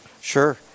Sure